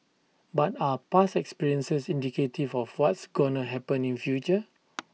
but are past experiences indicative of what's gonna happen in future